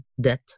debt